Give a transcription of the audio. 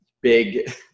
big